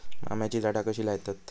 आम्याची झाडा कशी लयतत?